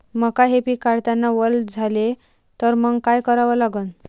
मका हे पिक काढतांना वल झाले तर मंग काय करावं लागन?